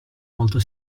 molto